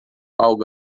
algo